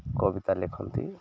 କବିତା ଲେଖନ୍ତି